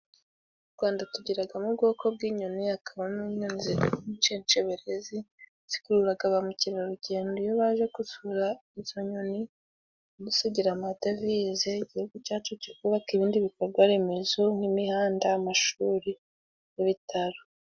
Mu Rwanda tugiramo ubwoko bw'inyoni, hakaba n'inyoni n'incecebereze zikurura ba mukerarugendo, iyo baje gusura izo nyoni badusigira amadevize, Igihugu cyacu ki kikubaka ibindi bikorwa remezo nk'imihanda, amashuri, ibitaro.